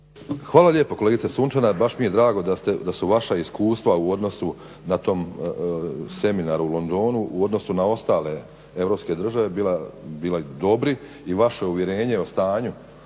Hvala lijepo. Kolegice Sunčana baš mi je drago da su vaša iskustva u odnosu na tom seminaru u Londonu u odnosu na druge europske države bili dobri i vaše uvjerenje o stanju